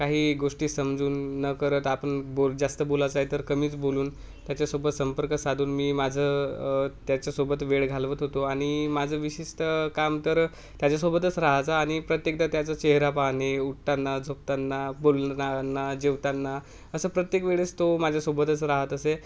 काही गोष्टी समजून न करत आपण बोल जास्त बोलायचं आहे तर कमीच बोलून त्याच्यासोबत संपर्क साधून मी माझं त्याच्यासोबत वेळ घालवत होतो आणि माझं विशिष्ट काम तर त्याच्यासोबतच राहायचा आणि प्रत्येकदा त्याचा चेहरा पाहणे उठताना झोपताना बोलताना जेवताना असं प्रत्येक वेळेस तो माझ्यासोबतच राहत असे